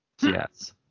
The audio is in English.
Yes